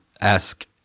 ask